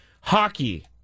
hockey